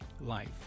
life